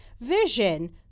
Vision